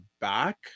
back